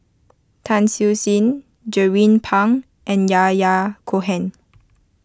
Tan Siew Sin Jernnine Pang and Yahya Cohen